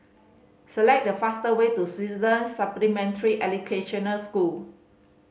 select the fastest way to Swedish Supplementary Educational School